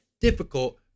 difficult